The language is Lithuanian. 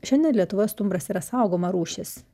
šiandien lietuvoje stumbras yra saugoma rūšis